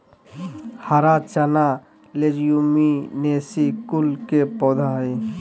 हरा चना लेज्युमिनेसी कुल के पौधा हई